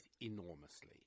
enormously